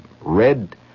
red